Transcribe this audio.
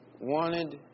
wanted